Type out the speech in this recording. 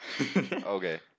Okay